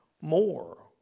more